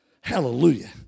Hallelujah